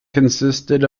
consisted